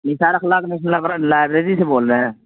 نثار Akhlaq library سے بول رہے ہیں